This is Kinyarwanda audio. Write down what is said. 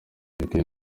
bikwiye